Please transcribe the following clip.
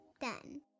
done